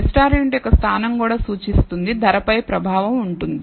restaurant యొక్క స్థానం కూడా సూచిస్తుంది ధరపై ప్రభావం ఉంటుంది